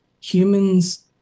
Humans